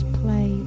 play